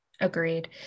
Agreed